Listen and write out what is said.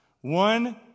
One